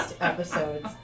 episodes